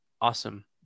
awesome